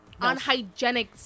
unhygienic